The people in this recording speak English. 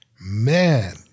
man